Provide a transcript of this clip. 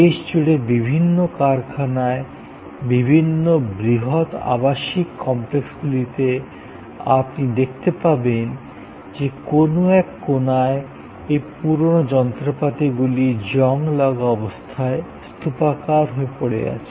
দেশজুড়ে বিভিন্ন কারখানায় বিভিন্ন বৃহত আবাসিক কমপ্লেক্সগুলিতে আপনি দেখতে পাবেন যে কোনো এক কোনায় এই পুরানো যন্ত্রপাতিগুলি জং লাগা অবস্থায় স্তূপাকার হয় পড়ে আছে